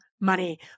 money